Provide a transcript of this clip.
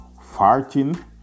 farting